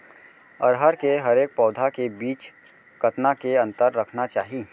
अरहर के हरेक पौधा के बीच कतना के अंतर रखना चाही?